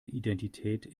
identität